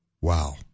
Wow